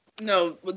No